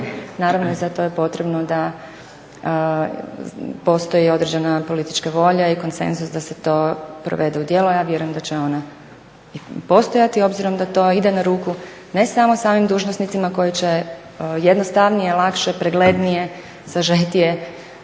Naravno, za to je potrebno da postoji određena politička volja i konsenzus da se to provede u djelo, a ja vjerujem da će ona i postojati obzirom da to ide na ruku ne samo samim dužnosnicima koji će jednostavnije, lakše, preglednije, sažetije